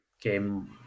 game